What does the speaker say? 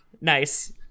Nice